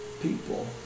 people